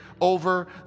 over